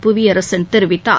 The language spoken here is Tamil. புவியரசன் தெரிவித்தார்